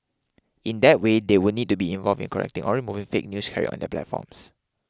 in that way they would need to be involved in correcting or removing fake news carried on their platforms